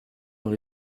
dans